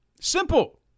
Simple